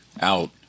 out